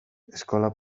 eskola